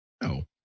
No